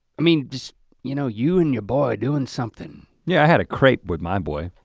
i mean just you know you and your boy doing something. yeah i had a crepe with my boy.